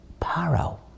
Paro